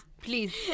please